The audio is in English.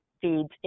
feeds